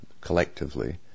collectively